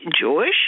Jewish